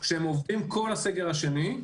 כשהם לומדים כל הסגר השני,